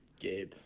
Gabe